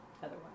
otherwise